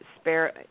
spare